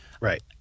right